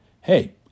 Hey